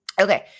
Okay